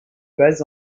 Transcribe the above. bas